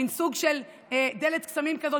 וזה סוג של דלת קסמים כזאת,